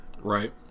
Right